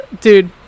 Dude